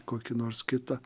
kokį nors kitą